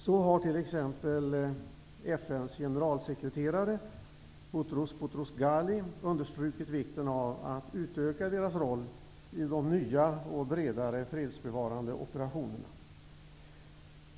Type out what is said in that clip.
Så har t.ex. FN:s generalsekreterare Boutros Boutros Ghali understrukit vikten av att utöka deras roll i de nya och bredare fredsbevarande operationerna.